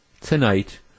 tonight